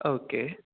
okay